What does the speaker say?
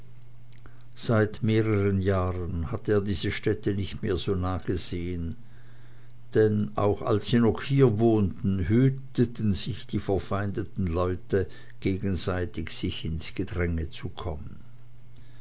seit mehreren jahren hatte er diese stätte nicht mehr so nah gesehen denn auch als sie noch hier wohnten hüteten sich die verfeindeten leute gegenseitig sich ins gehege zu kommen